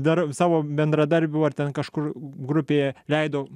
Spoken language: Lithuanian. dar savo bendradarbių ar ten kažkur grupė leido